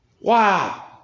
Wow